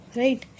right